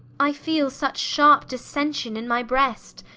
i feele such sharpe dissention in my breast,